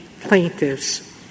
plaintiffs